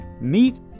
meet